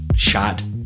shot